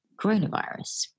coronavirus